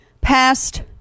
passed